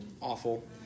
awful